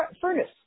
furnace